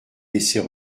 laisser